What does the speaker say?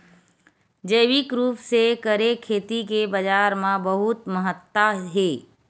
जैविक रूप से करे खेती के बाजार मा बहुत महत्ता हे